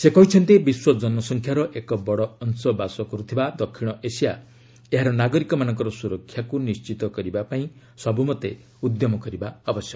ସେ କହିଛନ୍ତି ବିଶ୍ୱ ଜନସଂଖ୍ୟାର ଏକ ବଡ଼ ଅଂଶ ବାସ କରୁଥିବା ଦକ୍ଷିଣ ଏସିଆ ଏହାର ନାଗରିକମାନଙ୍କର ସୁରକ୍ଷାକୁ ନିଶ୍ଚିତ କରିବା ପାଇଁ ସବୁମତେ ଉଦ୍ୟମ କରିବା ଉଚିତ୍